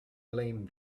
blame